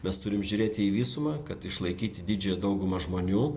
mes turim žiūrėti į visumą kad išlaikyti didžiąją daugumą žmonių